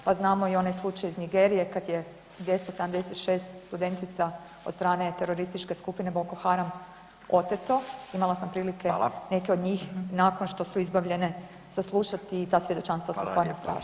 Pa znamo i onaj slučaj iz Nigerije kada je 276 studentica od strane terorističke skupine Bokoharam oteto, imala sam prilike neke od njih nakon što su izbavljene saslušati i ta svjedočanstva su stvarno strašna.